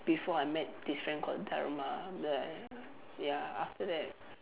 before I met this friend called Dharma ya after that